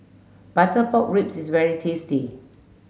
butter pork ribs is very tasty